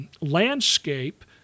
Landscape